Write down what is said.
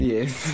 Yes